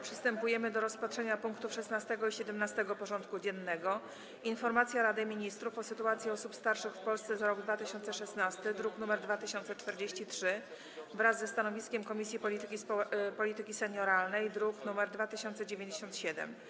Przystępujemy do rozpatrzenia punktów 16. i 17. porządku dziennego: 16. Informacja Rady Ministrów o sytuacji osób starszych w Polsce za rok 2016 (druk nr 2043) wraz ze stanowiskiem Komisji Polityki Senioralnej (druk nr 2097)